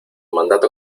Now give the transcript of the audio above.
mandato